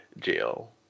Jail